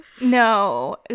no